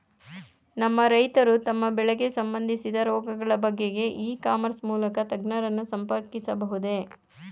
ನಮ್ಮ ರೈತರು ತಮ್ಮ ಬೆಳೆಗೆ ಸಂಬಂದಿಸಿದ ರೋಗಗಳ ಬಗೆಗೆ ಇ ಕಾಮರ್ಸ್ ಮೂಲಕ ತಜ್ಞರನ್ನು ಸಂಪರ್ಕಿಸಬಹುದೇ?